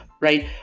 right